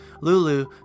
Lulu